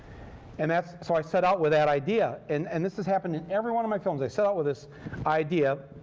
and so i set out with that idea. and and this has happened in every one of my films. i set out with this idea,